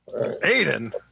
Aiden